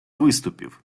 виступів